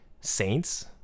saints